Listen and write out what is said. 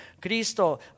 Cristo